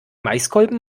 maiskolben